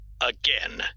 Again